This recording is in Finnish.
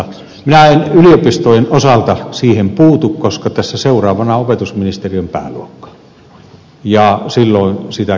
minä en yliopistojen osalta siihen puutu koska tässä seuraavana on opetusministeriön pääluokka ja silloin sitä käsitellään